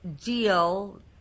deal